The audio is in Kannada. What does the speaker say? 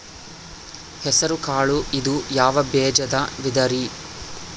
ಹೆಸರುಕಾಳು ಇದು ಯಾವ ಬೇಜದ ವಿಧರಿ?